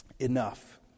enough